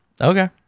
Okay